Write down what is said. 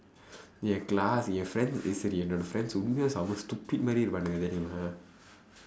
என்:en class என்:en friends சரி என்னோட:sari ennooda friends உண்மையிலேயே செம்ம:unmaiyileeyee semma stupid மாதிரி இருப்பானுங்க தெரியுமா:maathiri iruppaanungka theriyumaa